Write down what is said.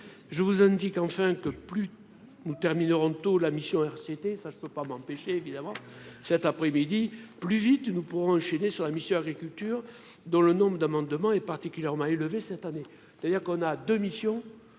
je vous indique enfin que plus nous terminerons tôt la mission RCT ça je ne peux pas m'empêcher évidemment cet après- midi, plus vite nous pourrons enchaîner sur la mission Agriculture dans le nombre d'amendements est particulièrement élevé cette année, c'est-à-dire qu'on a 2 missions